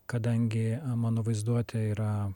kadangi mano vaizduotė yra